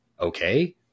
Okay